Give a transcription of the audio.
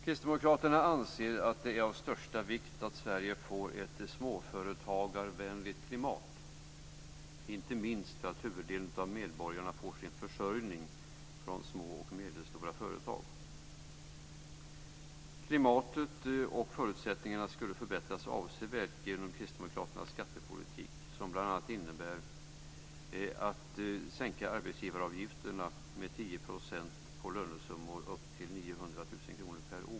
Kristdemokraterna anser att det är av största vikt att Sverige får ett småföretagarvänligt klimat, inte minst för att huvuddelen av medborgarna får sin försörjning från små och medelstora företag. Klimatet och förutsättningarna skulle förbättras avsevärt genom kristdemokraternas skattepolitik, som bl.a. innebär följande.